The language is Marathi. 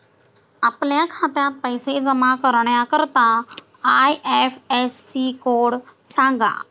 आपल्या खात्यात पैसे जमा करण्याकरता आय.एफ.एस.सी कोड सांगा